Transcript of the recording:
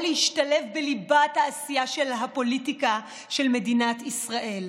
להשתלב בליבת העשייה של הפוליטיקה של מדינת ישראל,